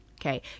okay